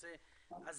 אז